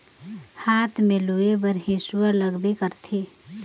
हाथ में लूए बर हेसुवा लगबे करथे